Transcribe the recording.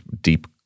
deep